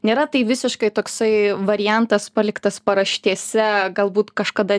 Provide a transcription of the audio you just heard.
nėra tai visiškai toksai variantas paliktas paraštėse galbūt kažkada